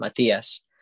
Matias